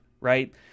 right